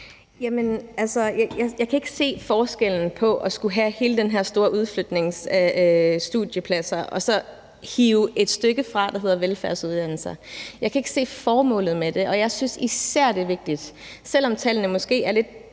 Jeg kan ikke se forskellen på at skulle have hele den her store udflytning af studiepladser og så hive et stykke fra, der hedder velfærdsuddannelser. Jeg kan ikke se formålet med det, og jeg synes især, at det er vigtigt, at man hiver den